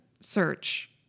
search